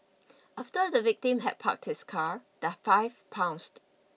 after the victim had parked his car the five pounced